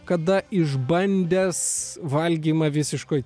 kada išbandęs valgymą visiškoj